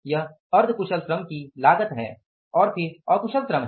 यह अर्ध कुशल श्रम की लागत है और फिर अकुशल श्रम है